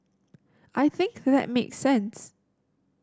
I think that makes sense